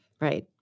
Right